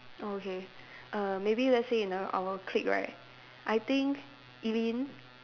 oh okay err maybe let's say in err our clique right I think Eileen